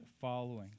following